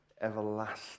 everlasting